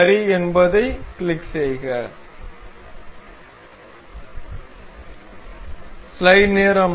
சரி என்பதைக் கிளிக் செய்வோம்